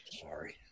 sorry